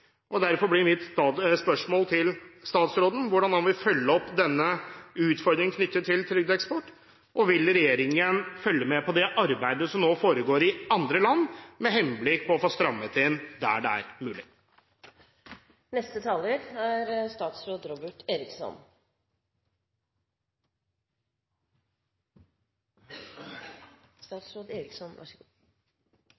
Derfor blir mitt spørsmål til statsråden hvordan han vil følge opp denne utfordringen knyttet til trygdeeksport. Vil regjeringen følge med på det arbeidet som nå foregår i andre land, med henblikk på å få strammet inn der det er